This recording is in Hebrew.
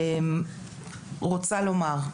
אני רוצה לומר,